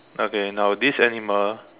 okay now this animal